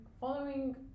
following